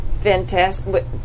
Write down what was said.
fantastic